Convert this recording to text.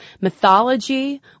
mythology